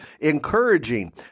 encouraging